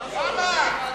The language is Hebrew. למה?